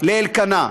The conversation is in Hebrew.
לאלקנה.